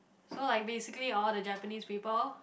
so like basically all the Japanese people